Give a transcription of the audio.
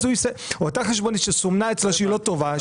אותה חשבונית שאצלו סומנה חשבונית לא טובה,